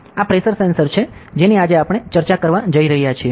આ pressure sensor છે જેની આજે આપણે ચર્ચા કરવા જઈ રહ્યા છીએ